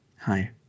Hi